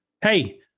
Hey